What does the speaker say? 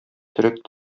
төрек